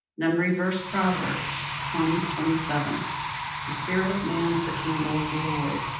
memory verse, proverbs twenty twenty seven the spirit of man is the candle of the lord.